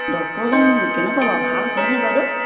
ডক্টৰজন মানে কেনেকুৱা বাৰু ভাল হয়নে বাইদেউ